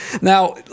Now